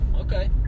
Okay